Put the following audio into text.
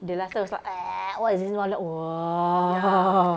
the last time was like ek~ what is this now like !wah!